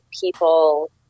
people